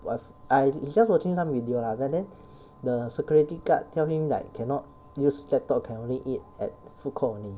i~ err is just watching some video lah but then the security guard tell him like cannot use laptop can only eat at food court only